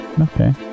Okay